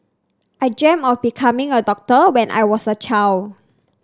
I dreamt of becoming a doctor when I was a child